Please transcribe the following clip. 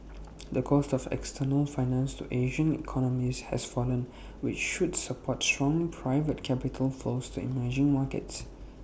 the cost of external finance to Asian economies has fallen which should support strong private capital flows to emerging markets